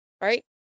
right